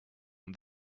and